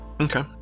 Okay